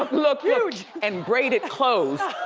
look, huge and braid it closed.